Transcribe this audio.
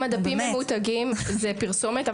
אם הדפים ממותגים זה פרסומת,